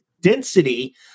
density